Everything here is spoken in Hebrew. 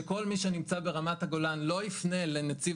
שכל מי שנמצא ברמת הגולן לא יפנה למשרד